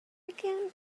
again